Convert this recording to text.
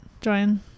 join